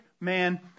man